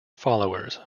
followers